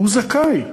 הוא זכאי.